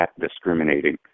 discriminating